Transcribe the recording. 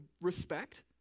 respect